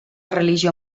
religió